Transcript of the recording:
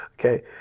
Okay